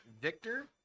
Victor